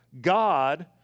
God